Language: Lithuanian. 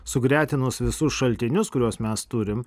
sugretinus visus šaltinius kuriuos mes turim